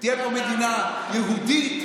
תעזבו את הוועדה לבחירת שופטים,